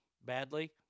badly